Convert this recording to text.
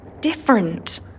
different